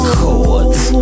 Chords